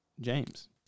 James